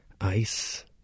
Ice